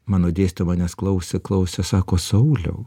mano dėstytoja manes klausė klausė sako sauliau